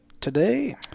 today